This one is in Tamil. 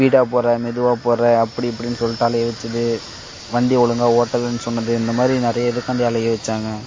ஸ்பீடாக போடுற மெதுவாக போடுற அப்படி இப்படின்னு சொல்லிட்டு அலைய வைச்சது வண்டி ஒழுங்கா ஓட்டலைன்னு சொன்னது இந்த மாதிரி நிறைய இதுக்காண்டி அலைய வைச்சாங்க